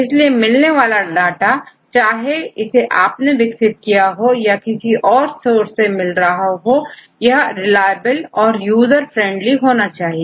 इसलिए मिलने वाला डाटा चाहे इसे आप ने विकसित किया हो या किसी अन्य सोर्स से मिल रहा हो रिलाएबल और user friendly होना चाहिए